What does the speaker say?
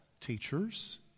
teachers